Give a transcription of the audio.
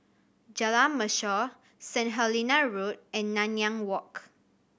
Jalan Mashor St Helena Road and Nanyang Walk